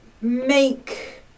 make